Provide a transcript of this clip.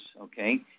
okay